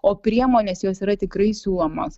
o priemonės jos yra tikrai siūlomos